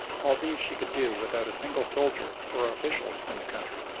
all these she could do without a single soldier or official in the country.